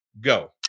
go